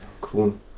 Cool